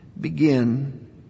begin